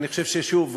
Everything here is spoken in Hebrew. אני חושב ששוב,